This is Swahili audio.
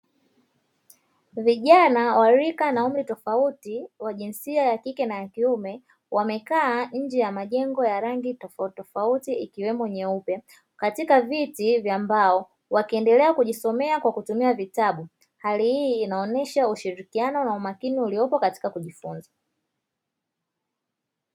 Vijana wa rika na umri tofauti, wa jinsia ya kike na ya kiume. Wamekaa nje ya majengo ya rangi tofautitofauti, ikiwemo nyeupe katika viti vya mbao, wakiendelea kujisomea kwa kutumia vitabu. Hali hii inaonyesha ushirikiano na umakini uliopo katika kujifunza.